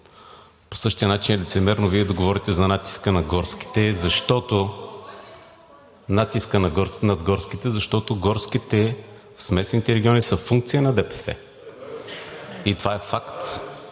по същия начин е лицемерно Вие да говорите за натиска на горските (реплики от ДПС), защото горските в смесените региони са функция на ДПС. Това е факт.